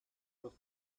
los